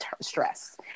stress